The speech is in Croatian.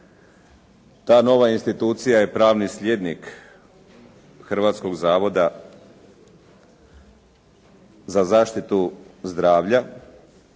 Ta nova institucija je pravni slijednik Hrvatskog zavoda za zaštitu zdravlja,